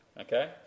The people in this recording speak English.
Okay